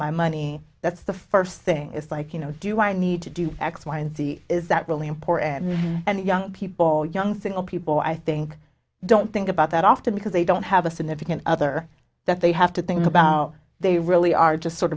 my money that's the first thing is like you know do i need to do x y and z is that really important and young people young single people i think don't think about that often because they don't have a significant other that they have to think about they really are just sort